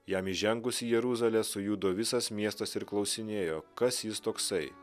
jam įžengus į jeruzalę sujudo visas miestas ir klausinėjo kas jis toksai